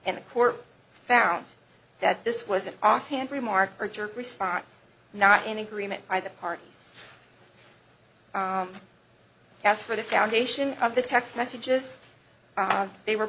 and the court found that this was an offhand remark or jerk response not in agreement by the parties as for the foundation of the text messages they were